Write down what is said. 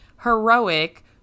heroic